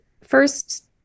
first